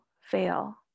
fail